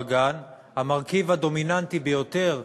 באותו הגן, המרכיב הדומיננטי ביותר,